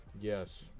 Yes